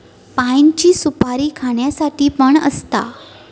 पाइनची सुपारी खाण्यासाठी पण असता